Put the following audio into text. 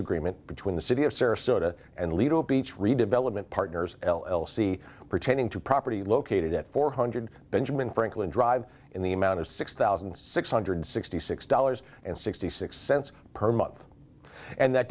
agreement between the city of sarasota and lido beach redevelopment partners l l c pertaining to property located at four hundred benjamin franklin drive in the amount of six thousand six hundred sixty six dollars and sixty six cents per month and that